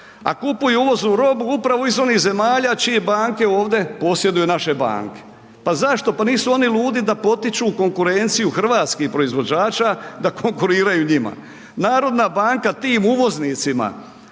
a kupuju uvoznu robu upravo iz onih zemalja čije banke ovdje posjeduju naše banke. Pa zašto? Pa nisu oni ludi da potiču konkurenciju hrvatskih proizvođača da konkuriraju njima. Narodna banka tim uvoznicima